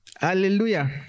Hallelujah